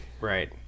Right